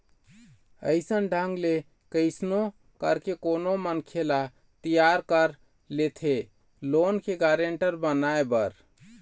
अइसन ढंग ले कइसनो करके कोनो मनखे ल तियार कर लेथे लोन के गारेंटर बनाए बर